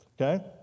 Okay